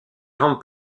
grandes